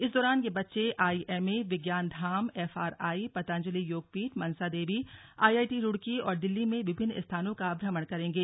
इस दौरान ये बच्चे IMA Vigyan Dham FRI Patanjali Yogpeeth Mansa Devi IIT Roorkee और दिल्ली में विभिन्न स्थानों का भ्रमण करेंगे